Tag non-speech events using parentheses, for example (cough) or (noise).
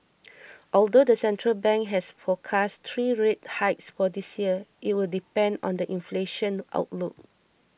(noise) although the central bank has forecast three rate hikes for this year it will depend on the inflation outlook